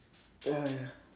ya